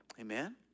Amen